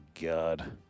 God